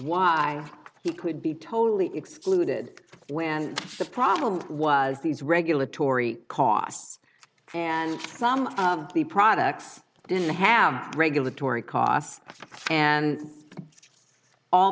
why he could be totally excluded when the problem was these regulatory costs and some of the products didn't have regulatory costs and all